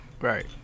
right